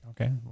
okay